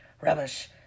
Rubbish